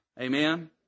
Amen